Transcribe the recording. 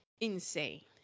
insane